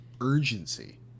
urgency